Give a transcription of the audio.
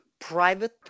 private